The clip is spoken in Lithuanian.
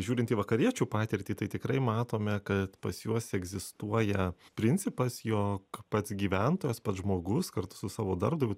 žiūrint į vakariečių patirtį tai tikrai matome kad pas juos egzistuoja principas jog pats gyventojas pats žmogus kartu su savo darbdaviu